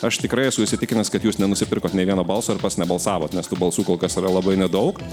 aš tikrai esu įsitikinęs kad jūs nenusipirkot nei vieno balso ir pats nebalsavot nes tų balsų kol kas yra labai nedaug